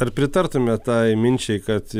ar pritartumėt tai minčiai kad